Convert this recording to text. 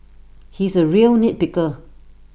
he is A real nit picker